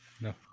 No